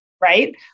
right